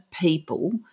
people